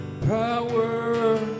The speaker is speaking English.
power